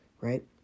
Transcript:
Right